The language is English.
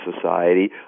society